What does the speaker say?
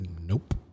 nope